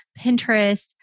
Pinterest